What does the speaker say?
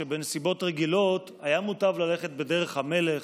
שבנסיבות רגילות היה מוטב ללכת בדרך המלך: